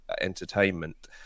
entertainment